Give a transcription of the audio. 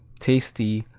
tasty,